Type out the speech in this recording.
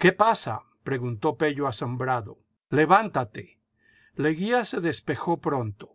qué pasa preguntó pello asombrado levántate leguía se despejó pronto